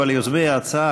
אבל יוזמי ההצעה,